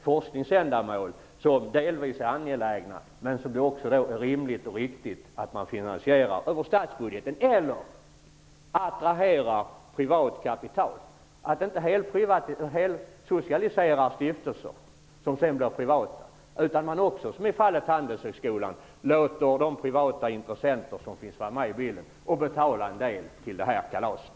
Forskningsändamålen är delvis angelägna, men det är rimligt och riktigt att de skall finansieras över statsbudgeten eller genom att attrahera privat kapital. I fallet Handelshögskolan låter man de privata intressenterna som finns med i bilden betala en del av kalaset.